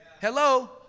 Hello